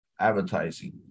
advertising